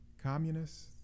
Communists